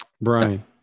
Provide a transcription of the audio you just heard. Brian